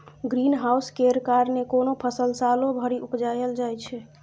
green house केर कारणेँ कोनो फसल सालो भरि उपजाएल जाइ छै